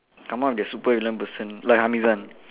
come out to be a supervillain person like Hamizan